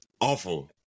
awful